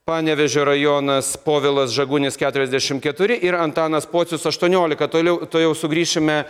panevėžio rajonas povilas žagunis keturiasdešimt keturi ir antanas pocius aštuoniolika toliau tuojau sugrįšime